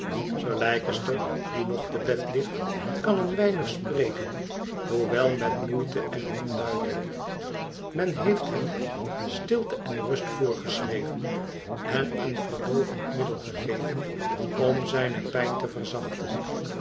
sir leicester die nog te bed ligt kan een weinig spreken hoewel met moeite en onduidelijk men heeft hem stilte en rust voorgeschreven en een verdoovend middel gegeven om zijne pijn te verzachten